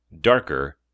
Darker